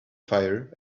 fire